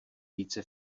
více